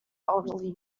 elderly